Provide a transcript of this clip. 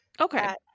Okay